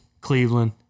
Cleveland